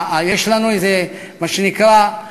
יש לנו מה שנקרא,